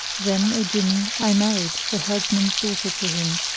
then, o jinni, i married the herdsman's daughter to him,